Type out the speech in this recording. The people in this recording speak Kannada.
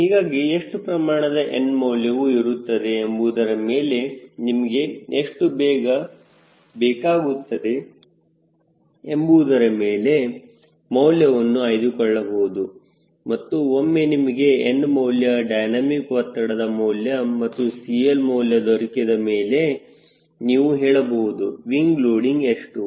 ಹೀಗಾಗಿ ಎಷ್ಟು ಪ್ರಮಾಣದ n ಮೌಲ್ಯವು ಇರುತ್ತದೆ ಎಂಬುವುದರ ಮೇಲೆ ನಿಮಗೆ ಎಷ್ಟು ಬೇಗ ಬೇಕಾಗುತ್ತದೆ ಎಂಬುವುದರ ಮೇಲೆ ಮೌಲ್ಯವನ್ನು ಆಯ್ದುಕೊಳ್ಳಬಹುದು ಮತ್ತು ಒಮ್ಮೆ ನಿಮಗೆ n ಮೌಲ್ಯ ಡೈನಮಿಕ್ ಒತ್ತಡ ಮೌಲ್ಯ ಮತ್ತು CL ಮೌಲ್ಯ ದೊರಕಿದ ಮೇಲೆ ನೀವು ಹೇಳಬಹುದು ವಿಂಗ್ ಲೋಡಿಂಗ್ ಎಷ್ಟು